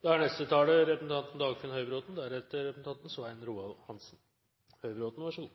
Jeg hadde ikke tenkt å forlenge denne debatten, men innlegget til representanten